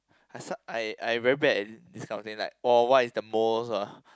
I suck I I very bad at these kind of things like or what is the most